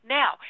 now